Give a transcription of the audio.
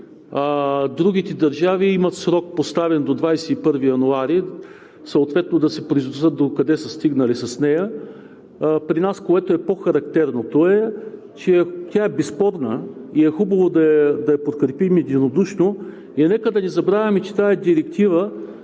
другите държави имат поставен срок до 21 януари съответно да се произнесат докъде са стигнали с нея. При нас по-характерното е, че тя е безспорна и е хубаво да я подкрепим единодушно. И нека да не забравяме, че тази директива